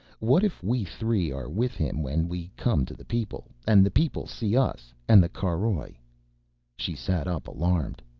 what if we three are with him when we come to the people, and the people see us and the caroj. she sat up, alarmed.